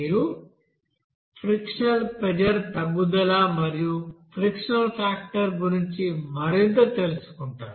మీరు frictional pressure తగ్గుదల మరియు ఫ్రిక్షనల్ ఫాక్టర్ గురించి మరింత తెలుసుకుంటారు